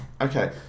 okay